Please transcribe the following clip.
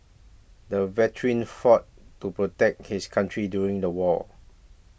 the veteran fought to protect his country during the war